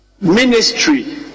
Ministry